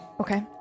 Okay